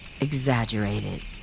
exaggerated